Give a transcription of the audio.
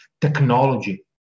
technology